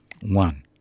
One